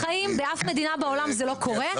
בחיים, באף מדינה בעולם זה לא קורה.